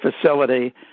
facility